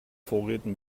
vorräten